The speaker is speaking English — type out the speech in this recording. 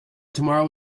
tomorrow